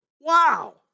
Wow